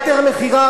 היתר מכירה,